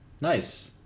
Nice